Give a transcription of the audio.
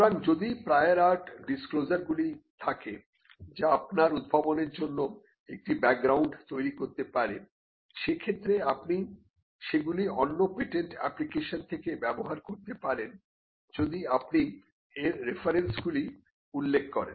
সুতরাং যদি prior art ডিসক্লোজারগুলি থাকে যা আপনার উদ্ভাবনের জন্য একটি ব্যাকগ্রাউন্ড তৈরি করতে পারে সে ক্ষেত্রে আপনি সেগুলি অন্য পেটেন্ট অ্যাপ্লিকেশন থেকে ব্যবহার করতে পারেন যদি আপনি এর রেফারেন্সগুলি উল্লেখ করেন